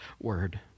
word